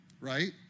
right